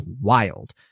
wild